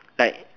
like